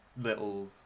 little